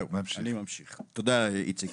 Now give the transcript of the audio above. תודה, איציק,